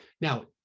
Now